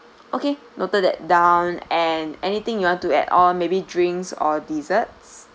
okay noted that down and anything you want to add or maybe drinks or desserts